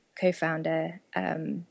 co-founder